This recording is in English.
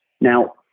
Now